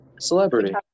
celebrity